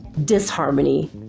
disharmony